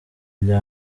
rya